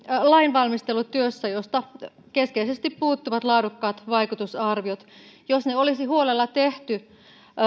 lainvalmistelutyössä josta keskeisesti puuttuvat laadukkaat vaikutusarviot jos ne olisi huolella tehty